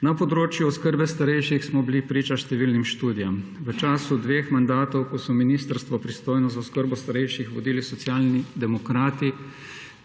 Na področju oskrbe starejših smo bili priča številnim študijam. V času dveh mandatov, ko so ministrstvo, pristojno za oskrbo starejših, vodili Socialni demokrati